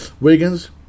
Wiggins